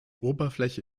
oberfläche